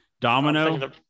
Domino